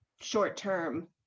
short-term